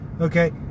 Okay